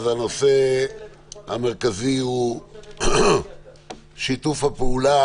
הנושא המרכזי הוא שיתוף הפעולה